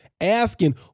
asking